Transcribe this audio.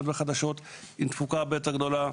לא השר לשעבר דרעי,